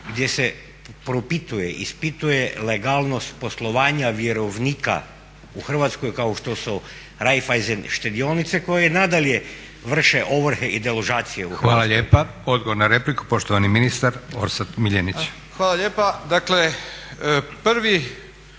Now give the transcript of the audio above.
gdje se propituje i ispituje legalnost poslovanja vjerovnika u Hrvatskoj kao što su Raiffeisen štedionice koje i nadalje vrše ovrhe i deložacije u Hrvatskoj? **Leko, Josip (SDP)** Hvala lijepa. Odgovor na repliku, poštovani ministar Orsat Miljenić. **Miljenić, Orsat**